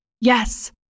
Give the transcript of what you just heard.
yes